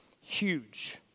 Huge